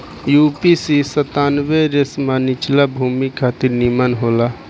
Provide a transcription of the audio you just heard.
UPC सत्तानबे रेशमा निचला भूमि खातिर निमन होला